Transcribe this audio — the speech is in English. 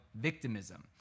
victimism